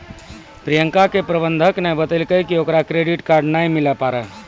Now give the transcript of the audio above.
प्रियंका के प्रबंधक ने बतैलकै कि ओकरा क्रेडिट कार्ड नै मिलै पारै